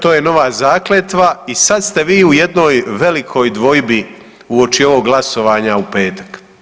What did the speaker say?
To je nova zakletva i sad ste vi u jednoj velikoj dvojbi uoči ovog glasovanja u petak.